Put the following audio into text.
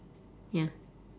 ya